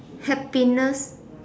happiness